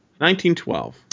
1912